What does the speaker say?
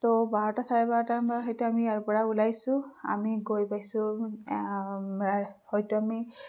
তহ বাৰটা চাৰে বাৰটামান বজাত হয়তো আমি ইয়াৰপৰা ওলাইছোঁ আমি গৈ পাইছোঁ হয়তো আমি